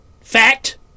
fact